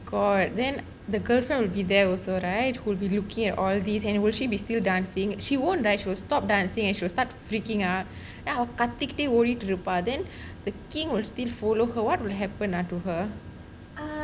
oh my god then the girlfriend will be there also right who would be looking at all this and will she be still dancing she won't right she will stop dancing and she would start freaking out அவ கத்திகிட்ட ஓடிக்கிட்டு இருப்பா:ava kattikitta odikittu iruppa then the king will still follow her what will happen ah to her